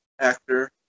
actor